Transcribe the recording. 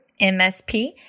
MSP